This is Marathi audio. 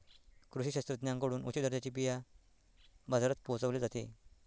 कृषी शास्त्रज्ञांकडून उच्च दर्जाचे बिया बाजारात पोहोचवले जाते